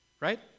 right